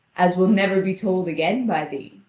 as will never be told again by thee.